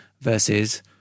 versus